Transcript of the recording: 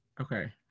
Okay